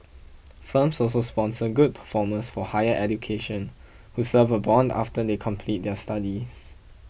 firms also sponsor good performers for higher education who serve a bond after they complete their studies